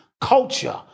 culture